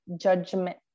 judgment